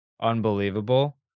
unbelievable